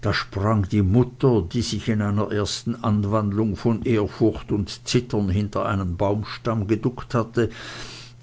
da sprang die mutter die sich in einer ersten anwandlung von ehrfurcht und zittern hinter einen baumstamm geduckt hatte